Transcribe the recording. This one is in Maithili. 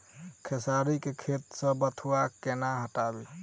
खेसारी केँ खेत सऽ बथुआ केँ कोना हटाबी